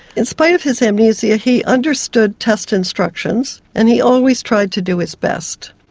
in spite of his amnesia he understood test instructions and he always tried to do his best.